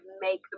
make